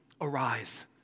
Arise